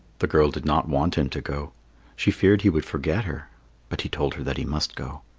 the girl did not want him to go she feared he would forget her but he told her that he must go.